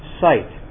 sight